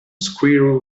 squirrel